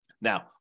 Now